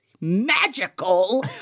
magical